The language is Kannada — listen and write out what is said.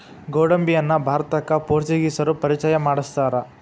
ಗೋಡಂಬಿಯನ್ನಾ ಭಾರತಕ್ಕ ಪೋರ್ಚುಗೇಸರು ಪರಿಚಯ ಮಾಡ್ಸತಾರ